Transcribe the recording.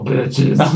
Bitches